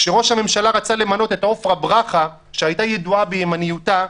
כשראש הממשלה רצה למנות את עפרה ברכה שהייתה ידועה בימניותה,